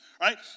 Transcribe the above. Right